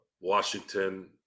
washington